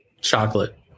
Chocolate